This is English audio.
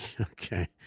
Okay